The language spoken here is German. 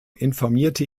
informierte